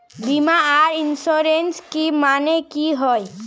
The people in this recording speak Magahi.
बीमा आर इंश्योरेंस के माने की होय?